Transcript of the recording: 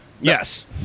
Yes